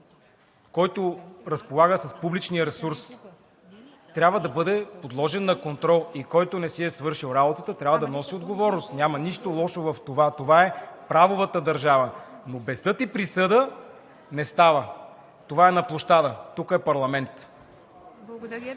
който разполага с публичния ресурс, трябва да бъде подложен на контрол и който не си е свършил работата, трябва да носи отговорност. Няма нищо лошо в това. Това е правовата държава. Но без съд и присъда не става. Това е на площада. Тук е парламент.